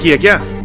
yeah again.